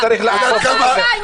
מה הבעיה?